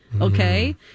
Okay